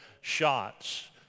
shots